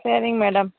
சரி மேடம்